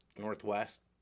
northwest